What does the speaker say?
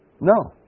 No